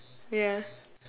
ya